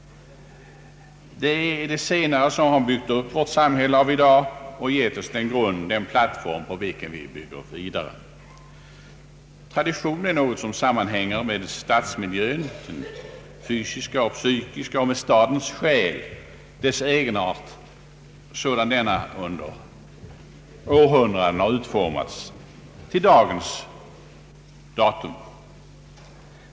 Det är de senare som byggt upp vårt samhälle av i dag och gett oss den grund, den plattform på vilken vi bygger vidare. Tradition är något som sammanhänger med stadsmiljön, den fysiska och psykiska, och med stadens själ — dess egenart sådan denna under århundraden utformats fram till dagens datum.